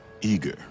eager